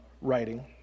writing